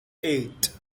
eight